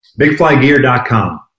Bigflygear.com